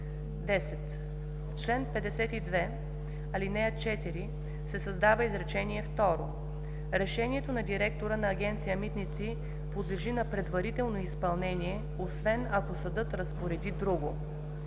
10. В чл. 52, ал. 4 се създава изречение второ: „Решението на директора на Агенция „Митници“ подлежи на предварително изпълнение, освен ако съдът разпореди друго.“